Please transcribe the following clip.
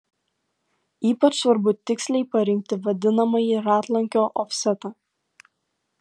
ypač svarbu tiksliai parinkti vadinamąjį ratlankio ofsetą